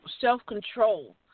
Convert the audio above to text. self-control